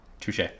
Touche